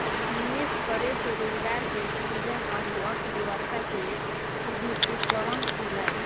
निवेश करे से रोजगार के सृजन अउरी अर्थव्यस्था के सुदृढ़ीकरन होला